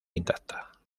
intacta